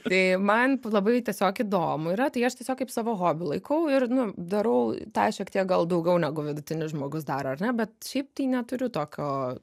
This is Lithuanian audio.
tai man labai tiesiog įdomu yra tai aš tiesiog kaip savo hobį laikau ir nu darau tą šiek tiek gal daugiau negu vidutinis žmogus daro ar ne bet šiaip tai neturiu tokio